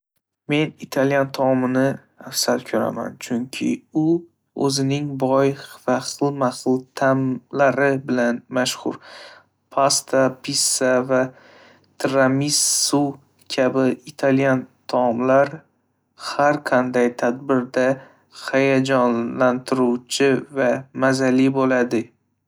Men italyan taomini afzal ko'raman, chunki u o'zining boy va xilma-xil ta'mlari bilan mashhur. Pasta, pizza va tiramisu kabi italyan taomlari har qanday tadbirda hayajonlantiruvchi va mazali bo'ladi.